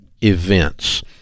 events